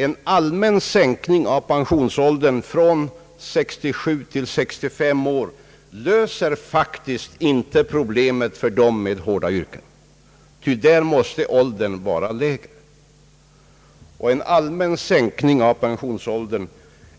En allmän sänkning av pensionsåldern från 67 till 65 år löser faktiskt inte problemet för dem som har hårda yrken, ty för dem måste pensionsåldern vara lägre. En allmän sänkning av pensionsåldern